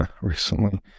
recently